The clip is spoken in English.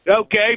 Okay